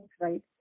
right